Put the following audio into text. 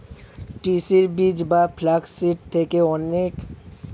তিসির বীজ বা ফ্লাক্স সিড থেকে অধিক পুষ্টিকর জিনিস বানানো হয়